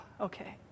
okay